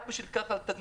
רק בשביל התמצית: